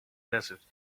desert